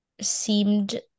seemed